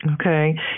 Okay